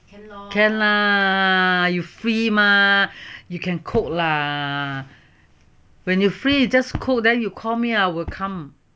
can lah you free mah you can cook lah when you free just cook then you call me I will come